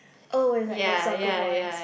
oh it's like the soccer boys